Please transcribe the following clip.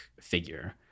figure